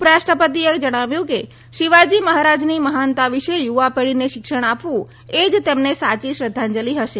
ઉપરાષ્ટ્રપતિએ કહ્યું કે શિવાજી મહારાજની મહાનતા વિશે પુવા પેઢીને શિક્ષણ આપવું એજ તેને સાચી શ્રદ્ધાંજલિ હશે